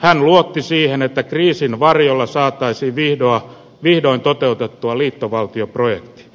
hän luotti siihen että kriisin varjolla saataisiin vihdoin toteutettua liittovaltioprojekti